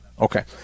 Okay